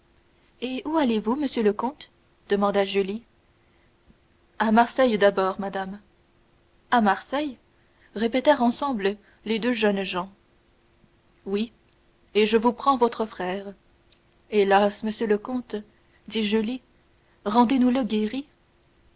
et où allez-vous monsieur le comte demanda julie à marseille d'abord madame à marseille répétèrent ensemble les deux jeunes gens oui et je vous prends votre frère hélas monsieur le comte dit julie rendez nous le